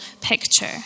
picture